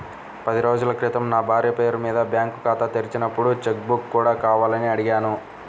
పది రోజుల క్రితం నా భార్య పేరు మీద బ్యాంకు ఖాతా తెరిచినప్పుడు చెక్ బుక్ కూడా కావాలని అడిగాను